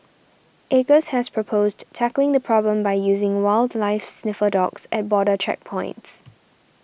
acres has proposed tackling the problem by using wildlife sniffer dogs at border checkpoints